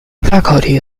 faculty